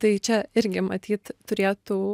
tai čia irgi matyt turėtų